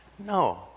No